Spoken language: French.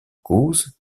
causent